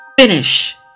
finish